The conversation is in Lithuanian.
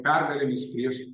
pergalėmis prieš